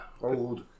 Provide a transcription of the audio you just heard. old